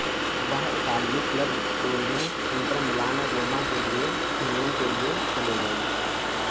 वह इतालवी club Torino Inter Milan और रोमा के लिए खेलने के लिए चले गए